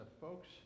folks